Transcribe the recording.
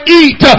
eat